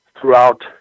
throughout